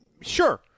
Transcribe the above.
Sure